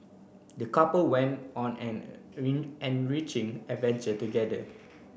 the couple went on an enriching adventure together